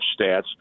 stats